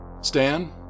Stan